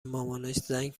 مامانش، زنگ